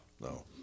No